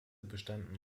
bestanden